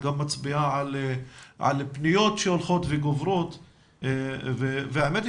את גם מצביעה על פניות שהולכות וגוברות והאמת היא